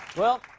well,